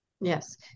Yes